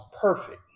perfect